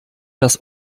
das